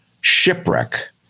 shipwreck